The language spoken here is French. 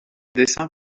dessins